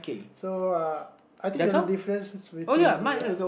so uh I think there's a difference between the uh